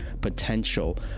potential